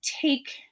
take